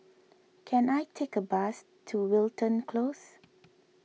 can I take a bus to Wilton Close